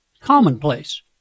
commonplace